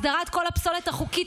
הסדרת כל הפסולת הלא-חוקית,